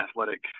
athletic